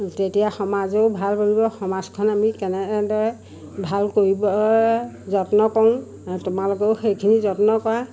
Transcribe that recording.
তেতিয়া সমাজেও ভাল বুলিব সমাজখন আমি কেনেদৰে ভাল কৰিব যত্ন কৰোঁ তোমালোকেও সেইখিনি যত্ন কৰা